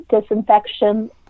disinfection